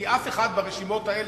כי אף אחד ברשימות האלה,